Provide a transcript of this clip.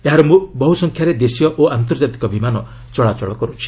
ଏହାର ବହୁସଂଖ୍ୟାରେ ଦେଶୀୟ ଓ ଆନ୍ତର୍ଜାତିକ ବିମାନ ଚଳାଚଳ କରୁଛି